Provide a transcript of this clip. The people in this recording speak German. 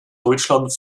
deutschland